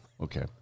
Okay